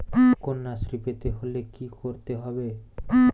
কন্যাশ্রী পেতে হলে কি করতে হবে?